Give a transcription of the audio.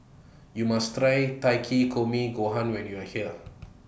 YOU must Try Takikomi Gohan when YOU Are here